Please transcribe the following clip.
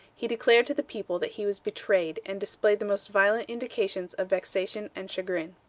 he declared to the people that he was betrayed, and displayed the most violent indications of vexation and chagrin.